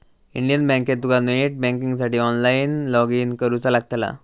Indian बँकेत तुका net बँकिंगसाठी ऑनलाईन लॉगइन करुचा लागतला